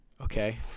okay